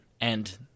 And-